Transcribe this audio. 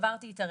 שברתי את הרגל',